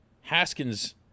Haskins